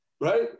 Right